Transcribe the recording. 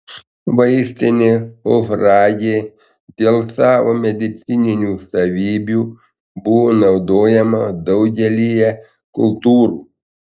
vaistinė ožragė dėl savo medicininių savybių buvo naudojama daugelyje kultūrų